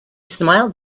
smiled